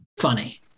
funny